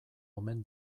omen